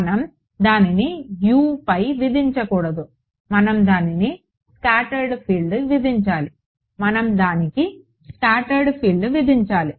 మనం దానిని Uపై విధించకూడదు మనం దానికి స్కాట్టర్డ్ ఫీల్డ్ విధించాలి